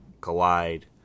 collide